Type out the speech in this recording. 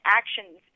actions